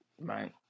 Right